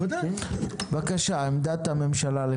בבקשה, עמדת הממשלה.